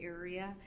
area